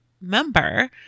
member